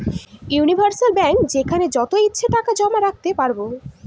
universal bank যেখানে যত ইচ্ছে টাকা জমা রাখতে পারবো